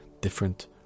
different